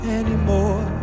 anymore